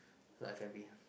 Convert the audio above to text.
not F-and-B